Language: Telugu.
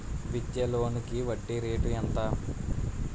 విద్యా లోనికి వడ్డీ రేటు ఎంత?